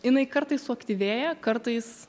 jinai kartais suaktyvėja kartais